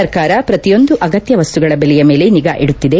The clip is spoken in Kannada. ಸರ್ಕಾರ ಪ್ರತಿಯೊಂದು ಅಗತ್ಯ ವಸ್ತುಗಳ ಬೆಲೆಯ ಮೇಲೆ ನಿಗಾ ಇಡುತ್ತಿದೆ